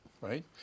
right